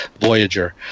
Voyager